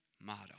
motto